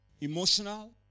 Emotional